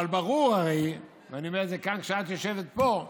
אבל הרי ברור, ואני אומר את זה כאן כשאת יושבת פה,